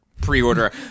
pre-order